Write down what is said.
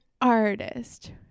artist